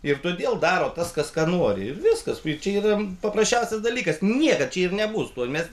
ir todėl daro tas kas ką nori ir viskas čia yra paprasčiausias dalykas niekad čia nebus to mes